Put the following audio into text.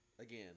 again